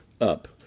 up